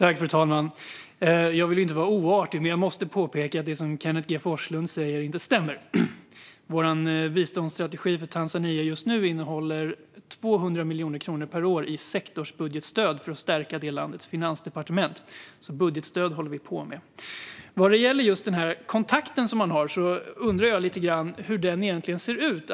Fru talman! Jag vill inte vara oartig, men jag måste påpeka att det som Kenneth G Forslund säger inte stämmer. Vår biståndsstrategi för Tanzania just nu innehåller 200 miljoner kronor per år i sektorsbudgetstöd för att stärka det landets finansdepartement. Vi håller alltså på med budgetstöd. Vad gäller den kontakt som man har undrar jag lite hur den dialog vi för med Tanzania egentligen ser ut.